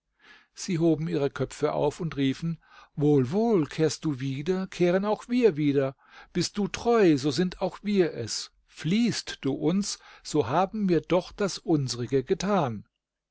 sie hoben ihre köpfe auf und riefen wohl wohl kehrst du wieder kehren auch wir wieder bist du treu so sind auch wir es fliehst du uns so haben wir doch das unsrige getan